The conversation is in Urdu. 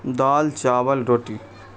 دال چاول روٹی